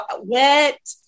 wet